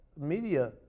media